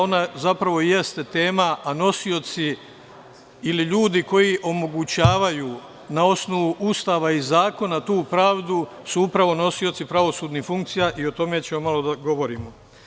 Ona zapravo i jeste tema, a nosioci ili ljudi koji omogućavaju tu pravdu na osnovu Ustava i Zakona su upravo nosioci pravosudnih funkcija, i o tome ćemo malo da govorimo.